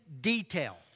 detail